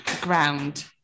ground